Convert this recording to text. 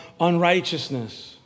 unrighteousness